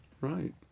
Right